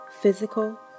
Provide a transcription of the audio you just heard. physical